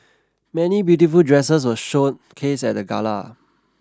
many beautiful dresses were showcased at the gala